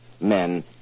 Men